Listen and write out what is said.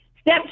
Step